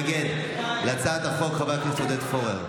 להתנגד להצעת החוק חבר הכנסת עודד פורר.